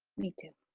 me too.